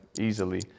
easily